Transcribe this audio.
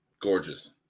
gorgeous